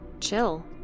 Chill